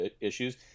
issues